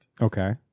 Okay